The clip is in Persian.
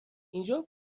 اینجا